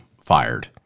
fired